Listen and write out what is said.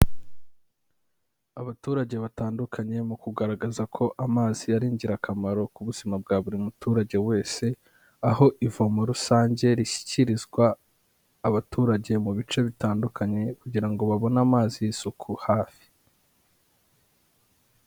Abaturage batandukanye mu kugaragaza ko amazi ari ingirakamaro ku buzima bwa buri muturage wese, aho ivomo rusange rishyikirizwa abaturage mu bice bitandukanye kugira ngo babone amazi y'isuku hafi.